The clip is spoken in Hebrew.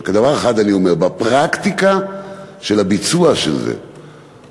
דבר אחד אני אומר: בפרקטיקה של הביצוע של זה ייפלו